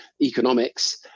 economics